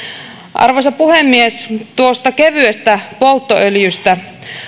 arvoisa puhemies tuosta kevyestä polttoöljystä